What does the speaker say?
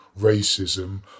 racism